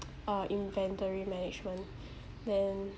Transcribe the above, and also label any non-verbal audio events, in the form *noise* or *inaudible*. *noise* uh inventory management *breath* then